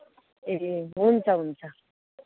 ए हुन्छ हुन्छ